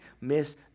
miss